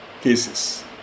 cases